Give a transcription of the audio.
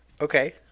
Okay